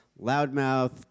loudmouth